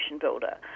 Builder